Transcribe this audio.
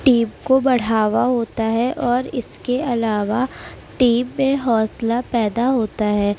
team کو بڑھاوا ہوتا ہے اور اس کے علاوہ ٹیم میں حوصلہ پیدا ہوتا ہے